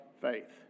faith